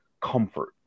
comfort